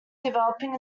developing